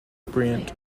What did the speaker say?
bryant